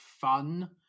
fun